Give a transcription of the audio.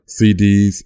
CDs